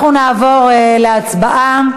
אנחנו נעבור להצבעה.